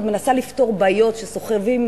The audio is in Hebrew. עוד מנסה לפתור בעיות שסוחבות,